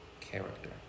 character